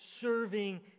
serving